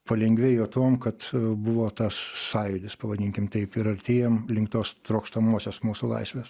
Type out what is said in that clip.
palengvėjo tuom kad buvo tas sąjūdis pavadinkim taip ir artėjom link tos trokštamosios mūsų laisvės